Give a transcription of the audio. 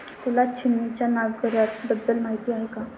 तुला छिन्नीच्या नांगराबद्दल माहिती आहे का?